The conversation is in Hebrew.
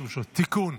תיקון,